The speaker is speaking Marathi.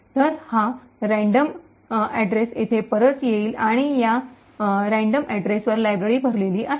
तर हा यादृच्छिक पत्ता येथे परत येईल आणि या यादृच्छिक पत्त्या वर लायब्ररी भरलेली आहे